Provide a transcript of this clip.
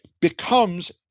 becomes